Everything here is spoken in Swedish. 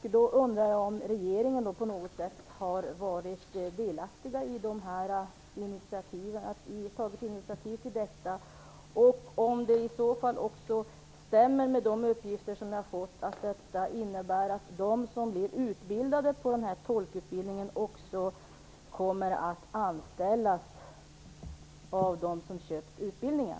Jag undrar om regeringen på något sätt har varit delaktig och tagit initiativ till det och om de uppgifter som jag fått stämmer, att detta innebär att de som blir utbildade också kommer att anställas av dem som köpt utbildningen.